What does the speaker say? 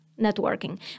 networking